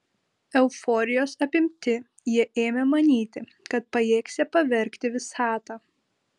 euforijos apimti jie ėmė manyti kad pajėgsią pavergti visatą